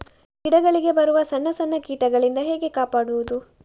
ಗಿಡಗಳಿಗೆ ಬರುವ ಸಣ್ಣ ಸಣ್ಣ ಕೀಟಗಳಿಂದ ಹೇಗೆ ಕಾಪಾಡುವುದು?